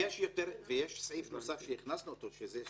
יש סעיף נוסף שהכנסנו, שזה 69ב12,